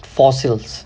fossils